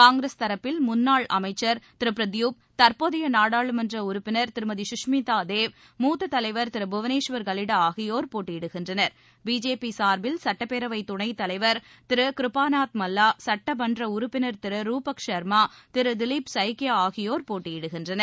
காங்கிரஸ் தரப்பில் முன்னாள் அமைச்சர் திரு பிரத்யூதிப் போர்தோளை தற்போதைய நாடாளுமனற் உறுப்பினர் திருமதி சுஷ்மிதா தேவ் மூத்த தலைவர் திரு புவனேஸ்வர் கலிடா ஆகியோர் போட்டியிடுகின்றனர் பிஜேபி சுர்பில் சட்டப்பேரவை துணைத்தலைவர் திரு கிருபாநாத் மல்லா சட்டமன்ற உறுப்பினர் திரு ரூபக் சர்மா திரு திலீப் சைக்கியா ஆகியோர் போட்டியிடுகின்றனர்